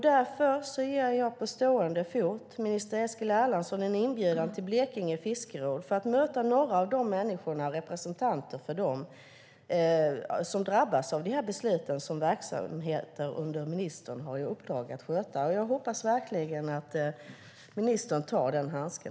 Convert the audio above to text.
Därför ger jag på stående fot landsbygdsminister Eskil Erlandsson en inbjudan till Blekinge fiskeråd för att möta några av de människor som drabbas av de beslut som verksamheter under ministern har i uppdrag att fatta. Jag hoppas verkligen att ministern tar den handsken.